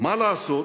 מה לעשות?